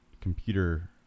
computer